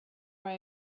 were